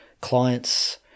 clients